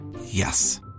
Yes